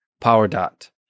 PowerDot